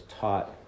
taught